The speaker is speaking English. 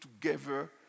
together